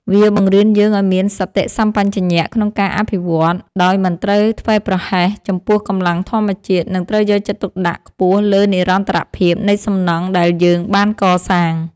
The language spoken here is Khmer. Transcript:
វាបង្រៀនយើងឱ្យមានសតិសម្បជញ្ញៈក្នុងការអភិវឌ្ឍ ដោយមិនត្រូវធ្វេសប្រហែសចំពោះកម្លាំងធម្មជាតិ និងត្រូវយកចិត្តទុកដាក់ខ្ពស់លើនិរន្តរភាពនៃសំណង់ដែលយើងបានកសាង។